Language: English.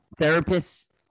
therapists